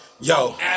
Yo